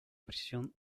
prisión